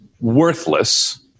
worthless